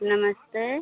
नमस्ते